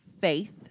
faith